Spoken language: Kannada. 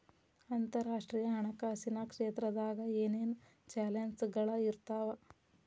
ಅಂತರರಾಷ್ಟ್ರೇಯ ಹಣಕಾಸಿನ್ ಕ್ಷೇತ್ರದಾಗ ಏನೇನ್ ಚಾಲೆಂಜಸ್ಗಳ ಇರ್ತಾವ